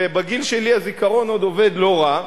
ובגיל שלי הזיכרון עוד עובד לא רע,